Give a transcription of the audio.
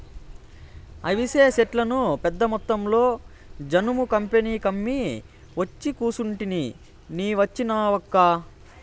అవిసె సెట్లను పెద్దమొత్తంలో జనుము కంపెనీలకమ్మి ఒచ్చి కూసుంటిని నీ వచ్చినావక్కా